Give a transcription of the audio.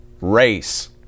race